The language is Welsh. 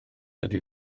ydy